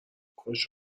خوش